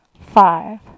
five